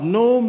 no